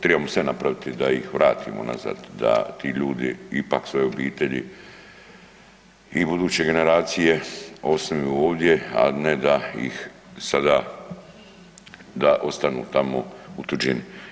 Tribamo sve napraviti da ih vratimo nazad, da ti ljudi ipak svoje obitelji i buduće generacije ostanu ovdje, a ne da ih sada da ostanu tamo u tuđini.